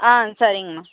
ஆ சரிங்கம்மா